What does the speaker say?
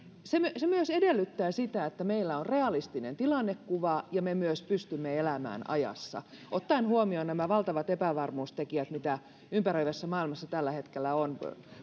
kysymys se myös edellyttää sitä että meillä on realistinen tilannekuva ja me myös pystymme elämään ajassa ottaen huomioon nämä valtavat epävarmuustekijät mitä ympäröivässä maailmassa tällä hetkellä on